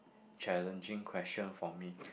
challenging question for me